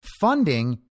funding